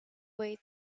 way